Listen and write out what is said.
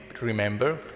remember